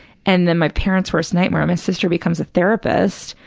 and then my parents' worst nightmare, my sister becomes a therapist,